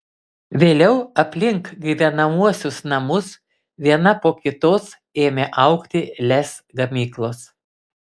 vėliau aplink gyvenamuosius namus viena po kitos ėmė augti lez gamyklos